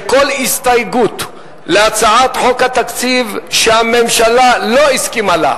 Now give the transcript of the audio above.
מאחר שכל הסתייגות להצעת חוק התקציב שהממשלה לא הסכימה לה,